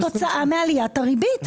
זה היה כתוצאה מעליית הריבית.